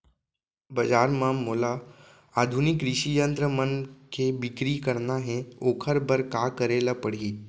बजार म मोला आधुनिक कृषि यंत्र मन के बिक्री करना हे ओखर बर का करे ल पड़ही?